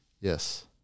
yes